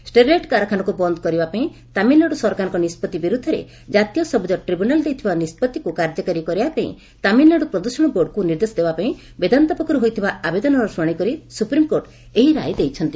ଷ୍ଟେରିଲାଇଟ କାରଖାନାକୁ ବନ୍ଦ କରିବା ପାଇଁ ତାମିଲନାଡ଼ୁ ସରକାରଙ୍କ ନିଷ୍ପଭି ବିରୁଦ୍ଧରେ କାତୀୟ ସବୁଜ ଟ୍ୟବୁନାଲ ଦେଇଥିବା ନିଷ୍ପଭିକ୍ କାର୍ଯ୍ୟକାରୀ କରାଇବା ପାଇଁ ତାମିଲନାଡୁ ପ୍ରଦୃଷଣ ବୋର୍ଡକୁ ନିର୍ଦ୍ଦେଶ ଦେବା ପାଇଁ ବେଦାନ୍ତ ପକ୍ଷରୁ ହୋଇଥିବା ଆବେଦନର ଶୁଣାଣି କରି ସୁପ୍ରିମକୋର୍ଟ ଏହି ରାୟ ଦେଇଛନ୍ତି